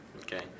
Okay